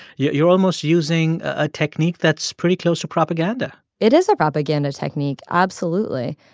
yeah you're almost using a technique that's pretty close to propaganda it is a propaganda technique. absolutely.